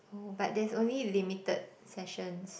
oh but there's only limited sessions